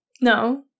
No